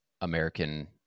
American